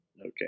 Okay